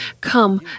come